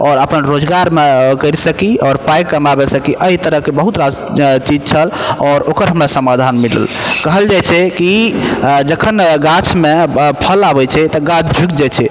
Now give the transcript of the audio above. आओर अपन रोजगारमे करि सकी आओर पाइ कमाबय सकी अइ तरहके बहुत रास चीज छल आओर ओकर हमरा समाधान मिलल कहल जाइ छै कि जखन गाछमे फल आबय छै तऽ गाछ झुकि जाइ छै